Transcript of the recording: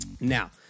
now